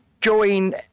join